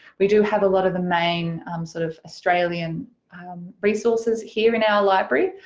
we do have a lot of the main sort of australian um resources here in our library.